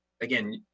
again